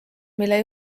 mille